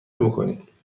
بکنید